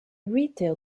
retail